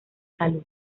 salud